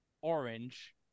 Orange